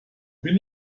bin